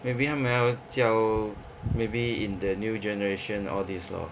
maybe 他们要教 maybe in the new generation all this lor